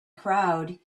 crowd